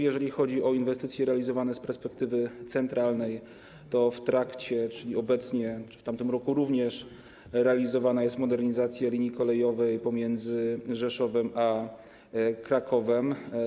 Jeżeli chodzi o inwestycje realizowane z perspektywy centralnej, to obecnie, w tamtym roku również, realizowana jest modernizacja linii kolejowej pomiędzy Rzeszowem a Krakowem.